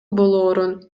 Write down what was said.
болоорун